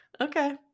Okay